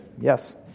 Yes